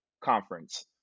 conference